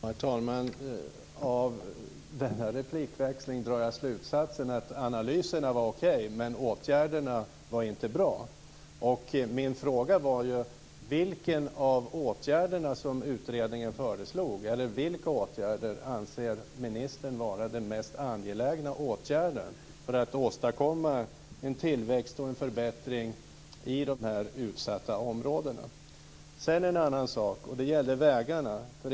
Herr talman! Av denna replikväxling drar jag slutsatsen att analyserna var okej, men åtgärderna var inte bra. Min fråga var: Vilken eller vilka av åtgärderna som utredningen föreslog anser ministern vara de mest angelägna för att åstadkomma en tillväxt och en förbättring i de här utsatta områdena? En annan sak gäller vägarna.